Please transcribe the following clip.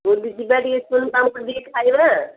ବୁଲି ଯିବା ଟିକେ ଶୋନପାପଡ଼ି ଟିକେ ଖାଇବା